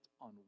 on